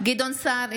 גדעון סער,